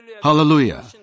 Hallelujah